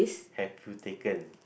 have you taken